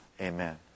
amen